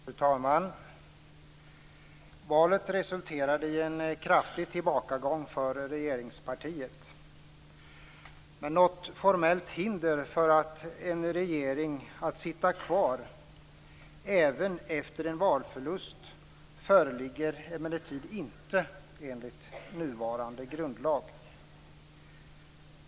Fru talman! Valet resulterade i en kraftig tillbakagång för regeringspartiet. Något formellt hinder för en regering att sitta kvar även efter en valförlust föreligger emellertid inte enligt nuvarande grundlag.